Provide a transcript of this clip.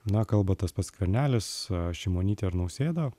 na kalba tas pats skvernelis šimonytė ar nausėda